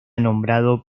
nombrado